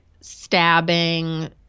stabbing